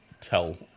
tell